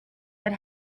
that